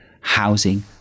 housing